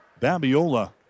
Babiola